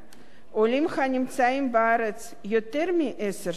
עולים הנמצאים בארץ יותר מעשר שנים,